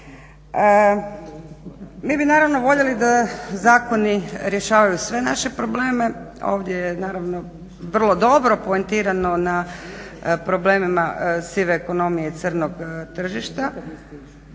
Mi bi naravno voljeli da zakoni rješavaju sve naše probleme, ovdje je naravno vrlo dobro poentirano na problemima sive ekonomije i crnog tržišta,